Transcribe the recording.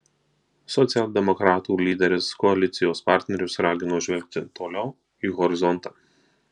socialdemokratų lyderis koalicijos partnerius ragino žvelgti toliau į horizontą